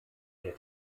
der